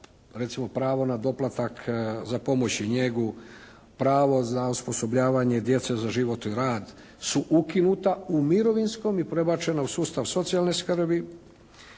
recimo pravo na doplatak za pomoć i njegu, pravo za osposobljavanje djece za život i rad su ukinuta u mirovinskom i prebačena u sustav socijalne skrbi.